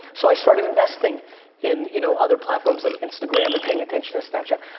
so i started investing in you know other platforms like instagram and paying attention to snapchat.